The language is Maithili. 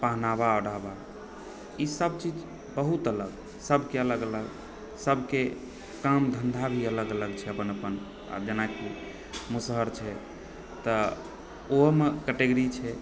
पहनावा ओढावा ई सब चीज बहुत अलग सबके अलग अलग सबके काम धन्धा भी अलग अलग छै अपन अपन आओर जेना कि मुसहर छै तऽ ओहोमे कैटेगरी छै